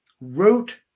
wrote